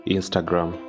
Instagram